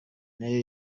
nayo